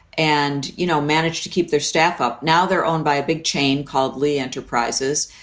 and, you know, managed to keep their staff up. now they're owned by a big chain called lee enterprises.